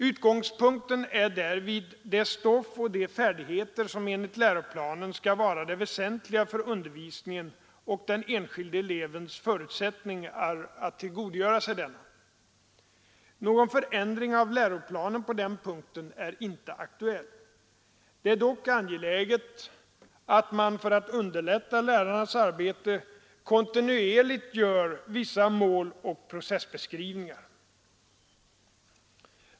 Utgångspunkten är därvid det stoff och de färdigheter som enligt läroplanen skall vara det väsentliga för undervisningen och den enskilde elevens förutsättningar att tillgodo göra sig denna. Någon förändring av läroplanen på den punkten är inte aktuell. Det är dock angeläget att man — för att underlätta lärarnas arbete — kontinuerligt gör vissa måloch processbeskrivningar.